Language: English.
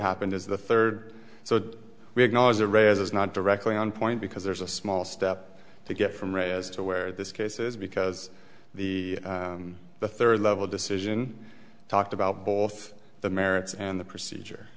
happened is the third so we acknowledge the rares is not directly on point because there's a small step to get from ray as to where this case is because the the third level decision talked about both the merits and the procedure